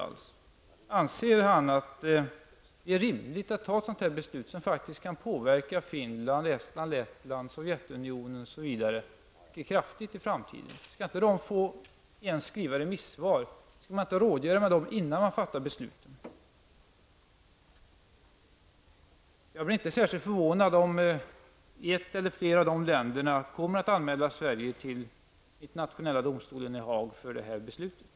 Anser Birger Rosqvist att det är rimligt att fatta ett sådant här beslut, som faktiskt kan påverka Finland, Estland, Lettland, Sovjetunionen osv. mycket kraftigt i framtiden, utan att rådgöra med dessa länder innan man fattar beslutet? Skall de inte ens få skriva remissvar? Jag blir inte särskild förvånad om ett eller flera av de länderna kommer att anmäla Sverige till internationella domstolen i Haag för det här beslutet.